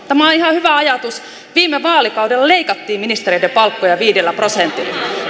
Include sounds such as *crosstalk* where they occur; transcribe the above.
*unintelligible* tämä on ihan hyvä ajatus viime vaalikaudella leikattiin ministereiden palkkoja viidellä prosentilla